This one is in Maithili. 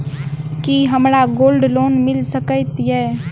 की हमरा गोल्ड लोन मिल सकैत ये?